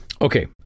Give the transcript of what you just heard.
Okay